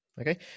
Okay